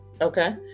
okay